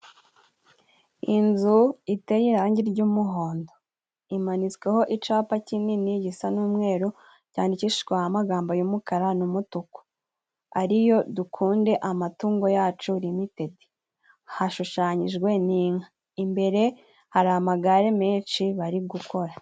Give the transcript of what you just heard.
Inzu iteye irangi ry'umuhondo, imanitsweho icapa kinini gisa n'umweru, cyandikishijweho amagambo y'umukara n'umutuku, ariyo" Dukunde amatungo yacu limitedi".Hashushanyijwe n'inka, imbere hari amagare menshi bari gukora.